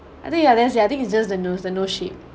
I think ya that's it I think it's just the nose the nose shape